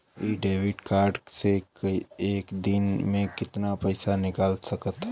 इ debit card से एक दिन मे कितना पैसा निकाल सकत हई?